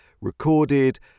recorded